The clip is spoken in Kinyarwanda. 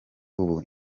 ubu